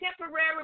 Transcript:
temporary